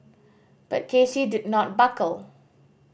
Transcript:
but K C did not buckle